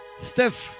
Steph